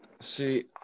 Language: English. See